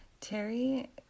Terry